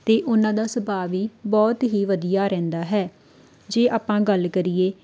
ਅਤੇ ਉਹਨਾਂ ਦਾ ਸੁਭਾਅ ਵੀ ਬਹੁਤ ਹੀ ਵਧੀਆ ਰਹਿੰਦਾ ਹੈ ਜੇ ਆਪਾਂ ਗੱਲ ਕਰੀਏ